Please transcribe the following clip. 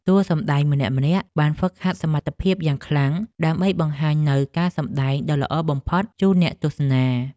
តួសម្តែងម្នាក់ៗបានហ្វឹកហាត់សមត្ថភាពយ៉ាងខ្លាំង ដើម្បីបង្ហាញនូវការសម្តែងដ៏ល្អបំផុតជូនអ្នកទស្សនា។